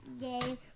game